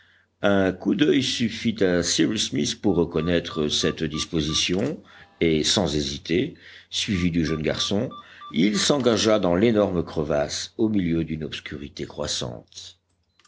un coup d'oeil suffit à cyrus smith pour reconnaître cette disposition et sans hésiter suivi du jeune garçon il s'engagea dans l'énorme crevasse au milieu d'une obscurité croissante